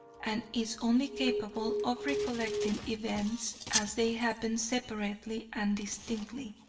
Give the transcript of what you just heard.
and is only capable of recollecting events as they happen separately and distinctly,